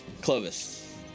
Clovis